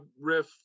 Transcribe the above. riff